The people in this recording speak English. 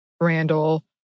Randall